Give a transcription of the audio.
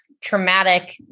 traumatic